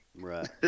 Right